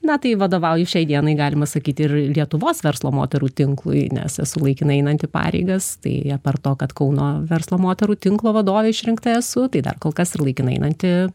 na tai vadovauju šiai dienai galima sakyti ir lietuvos verslo moterų tinklui nes esu laikinai einanti pareigas tai apart to kad kauno verslo moterų tinklo vadovė išrinkta esu tai dar kol kas ir laikinai einanti